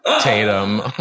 Tatum